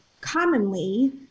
commonly